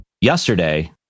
Yesterday